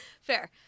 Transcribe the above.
Fair